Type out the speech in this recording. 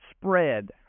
spread